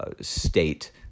state